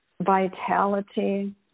vitality